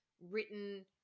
written